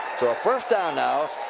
so a first down now,